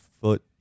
foot